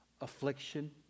affliction